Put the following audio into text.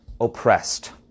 oppressed